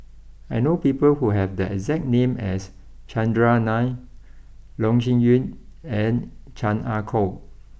I know people who have the exact name as Chandran Nair Loh Sin Yun and Chan Ah Kow